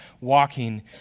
walking